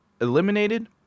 eliminated